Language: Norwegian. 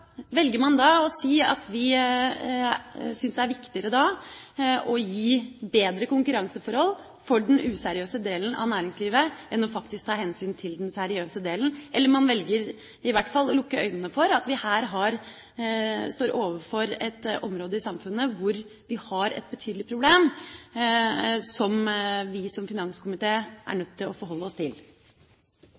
velger man å si at vi syns det er viktigere å gi bedre konkurranseforhold for den useriøse delen av næringslivet enn å ta hensyn til den seriøse delen. Eller: Man velger i hvert fall å lukke øynene for at vi her står overfor et område i samfunnet hvor vi har et betydelig problem, som vi i finanskomiteen er nødt til å forholde oss til.